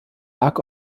lag